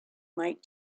might